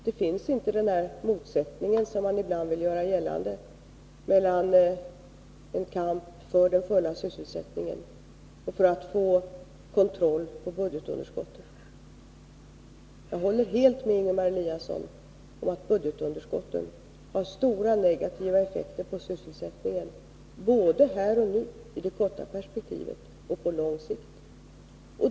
Det finns inte den motsättning som man ibland vill göra gällande mellan kampen för den fulla sysselsättningen och kampen för att få kontroll på budgetunderskottet. Jag håller helt med Ingemar Eliasson om att budgetunderskottet har stora negativa effekter på sysselsättningen, både här och nu, i det korta perspektivet, och på lång sikt.